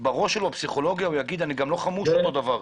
בראש שלו יגיד: אני לא חמוש אותו דבר.